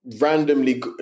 randomly